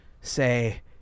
say